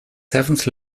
seventh